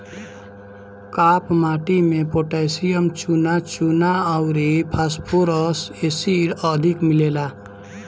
काप माटी में पोटैशियम, चुना, चुना अउरी फास्फोरस एसिड अधिक मिलेला